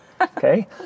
okay